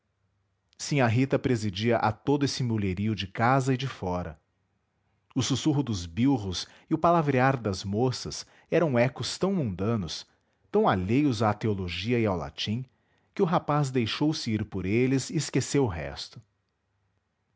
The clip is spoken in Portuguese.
trabalho sinhá rita presidia a todo esse mulherio de casa e de fora o sussurro dos bilros e o palavrear das moças eram ecos tão mundanos tão alheios à teologia e ao latim que o rapaz deixou-se ir por eles e esqueceu o resto